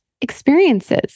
experiences